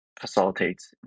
facilitates